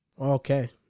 Okay